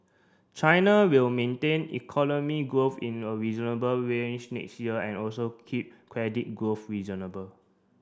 China will maintain economic growth in a reasonable range next year and also keep credit growth reasonable